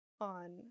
on